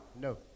No